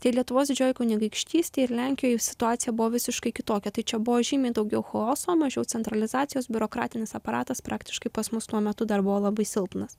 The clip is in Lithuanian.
tai lietuvos didžijojoj kunigaikštystėj ir lenkijoj situacija buvo visiškai kitokia tai čia buvo žymiai daugiau chaoso mažiau centralizacijos biurokratinis aparatas praktiškai pas mus tuo metu dar buvo labai silpnas